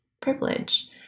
privilege